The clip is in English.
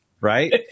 right